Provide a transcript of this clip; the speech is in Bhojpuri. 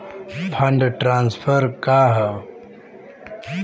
फंड ट्रांसफर का हव?